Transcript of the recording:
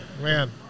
man